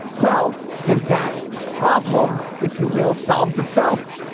well, then that problem, if you will, solves itself.